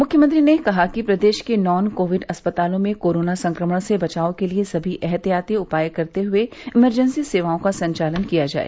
मुख्यमंत्री ने कहा कि प्रदेश के नॉन कोविड अस्पतालों में कोरोना संक्रमण से बचाव के सभी एहतियाती उपाय करते हुए इमरजेंसी सेवाओं का संचालन किया जाए